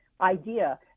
idea